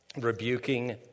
rebuking